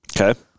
Okay